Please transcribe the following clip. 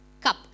cup